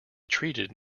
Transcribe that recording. treated